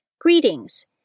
Greetings